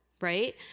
right